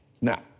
Now